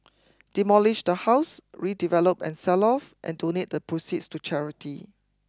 demolish the house redevelop and sell off and donate the proceeds to charity